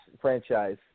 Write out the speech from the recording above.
franchise